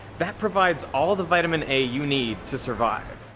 that provides all the vitamin a you need to survive.